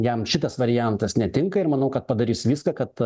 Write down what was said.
jam šitas variantas netinka ir manau kad padarys viską kad